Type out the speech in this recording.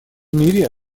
мире